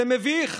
זה מביך.